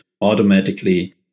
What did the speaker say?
automatically